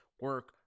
Work